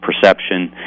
perception